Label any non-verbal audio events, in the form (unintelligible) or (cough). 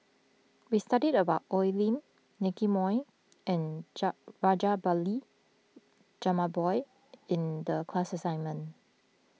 we studied about Oi Lin Nicky Moey and (unintelligible) Rajabali Jumabhoy in the class assignment